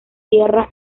tierra